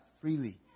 freely